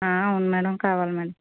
అవును మేడం కావాలి మేడం